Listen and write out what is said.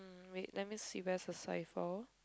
wait let me see where is the cipher